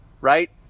right